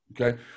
Okay